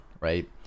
right